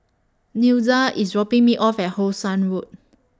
Nelda IS dropping Me off At How Sun Road